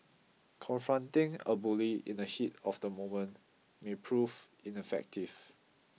confronting a bully in the heat of the moment may prove ineffective